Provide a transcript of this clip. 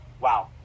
wow